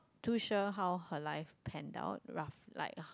too sure how her life panned out rough like